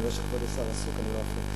אני רואה שכבוד השר עסוק, אני לא אפריע.